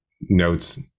notes